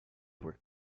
worked